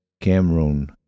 Cameroon